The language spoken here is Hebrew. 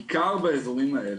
בעיקר באזורים האלה,